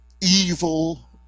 evil